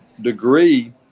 degree